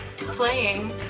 Playing